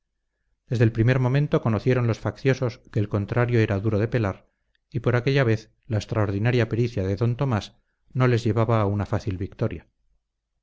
desde el primer momento conocieron los facciosos que el contrario era duro de pelar y por aquella vez la extraordinaria pericia de d tomás no les llevaba a una fácil victoria